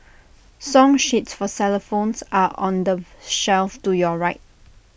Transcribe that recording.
song sheets for xylophones are on the shelf to your right